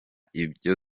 ibyo